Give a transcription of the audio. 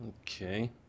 Okay